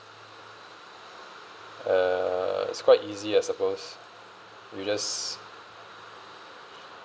uh it's quite easy I suppose you just